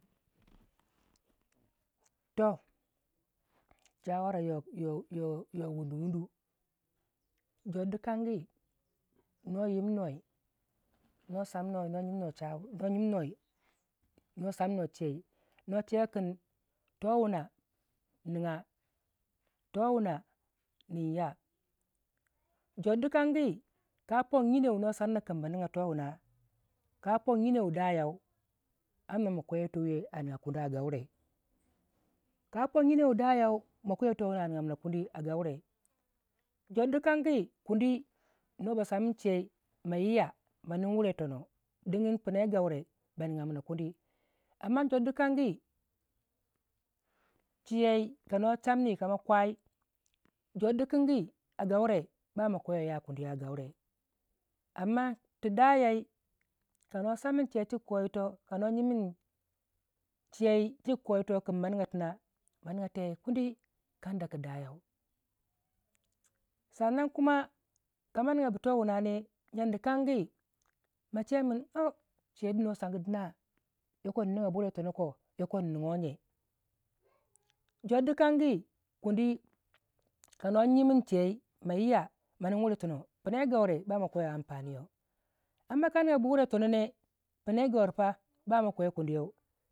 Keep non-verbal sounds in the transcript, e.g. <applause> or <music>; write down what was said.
<noise> to shawara wunu wundu a chardi kangi no yiminuwei no samiwei no saminuwei no saminuwei no jyinno chawara no yimnoi no samno chei kin towuna nigya towuna nigyiya jore dikan gi ka pong jyinou wu no samna kin ma ningya nowuna ka pogi jyinon wu dayau amna ma kweye towii a niga kundi a gaure ka pon gyinou wu dayau ma kweto wuna a nigamina kuni a gaure jor dikan gi kundi no ba samin chei ma yiya ma nin wurai yi tona ton pina yi gaure nigamini kuni amma jor dikangi chiyei kano sammi ka ma kwai jor dikin gi a gaure ma kwewai ya kuni a gaure amma tu daya kano samin che chinko ito kano jyimin chiyai chikko yito kin ma niga tina maniga yadda ku dayau sannan kuma kama niga bu towuna ne jor dikangi mache min o chedu no san dina yoko nnigyabu wurei yi tono ko yoko nnigogye jor dikangi kuni kano jyimin chei ma yiya ma nin wurei yi tono pinayi gaure bama kwewei ampani yo amma kama nigabu wurai yitono ne pina yi gauri pa ma kwekuni yau